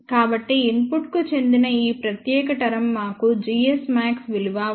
కాబట్టి ఇన్పుట్ కు చెందిన ఈ ప్రత్యేక టర్మ్ మాకు gs max విలువ 1